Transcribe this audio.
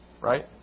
right